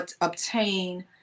obtain